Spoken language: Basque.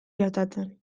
gertatzen